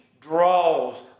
draws